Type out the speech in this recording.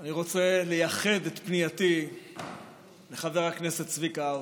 אני רוצה לייחד את פנייתי לחבר הכנסת צביקה האוזר.